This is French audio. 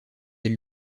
elle